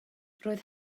roedd